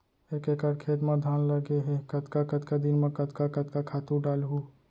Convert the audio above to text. एक एकड़ खेत म धान लगे हे कतका कतका दिन म कतका कतका खातू डालहुँ?